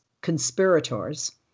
conspirators